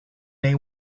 they